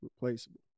replaceable